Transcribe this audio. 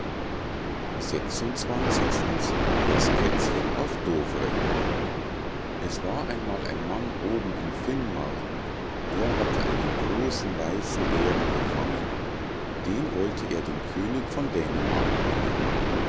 das kätzchen auf dovre es war einmal ein mann oben in finmarken der hatte einen großen weißen bären gefangen den wollte er dem könig von dänemark bringen